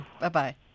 Bye-bye